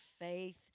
faith